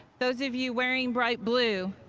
those of you wearing bright blue,